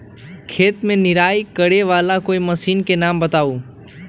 खेत मे निराई करे वाला कोई मशीन के नाम बताऊ?